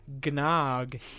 Gnog